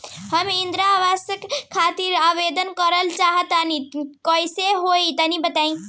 हम इंद्रा आवास खातिर आवेदन करल चाह तनि कइसे होई तनि बताई?